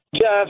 Jeff